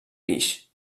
guix